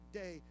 day